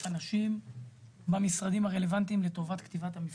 אנשים במשרדים הרלוונטיים לטובת כתיבת המפרטים.